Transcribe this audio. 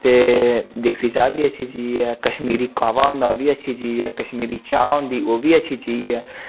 ते देसी चाह् बी अच्छी चीज़ ऐ कश्मीरी काह्वा होंदा ओह् बी अच्छी चीज़ ऐ कश्मीरी चाह् होंदी ओह् बी अच्छी चीज़ ऐ